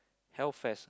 Hell Fest